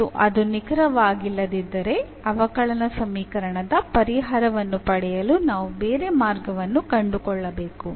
ಮತ್ತು ಅದು ನಿಖರವಾಗಿಲ್ಲದಿದ್ದರೆ ಅವಕಲನ ಸಮೀಕರಣದ ಪರಿಹಾರವನ್ನು ಪಡೆಯಲು ನಾವು ಬೇರೆ ಮಾರ್ಗವನ್ನು ಕಂಡುಕೊಳ್ಳಬೇಕಾಗಿದೆ